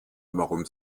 warum